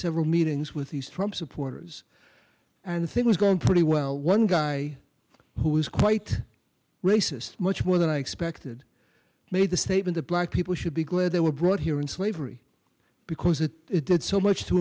several meetings with these trump supporters and things going pretty well one guy who was quite racist much more than i expected made the statement of black people should be glad they were brought here in slavery because it did so much to